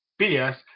BS